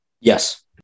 Yes